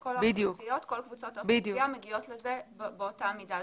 שכל קבוצות האוכלוסייה מגיעות לזה באותה מידה,